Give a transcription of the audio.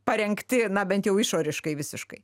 parengti na bent jau išoriškai visiškai